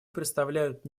представляют